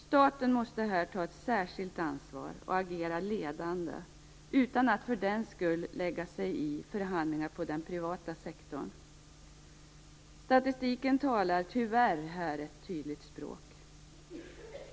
Staten måste här ta ett särskilt ansvar och agera ledande utan att för den skull lägga sig i förhandlingar inom den privata sektorn. Statistiken talar tyvärr ett tydligt språk.